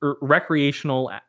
recreational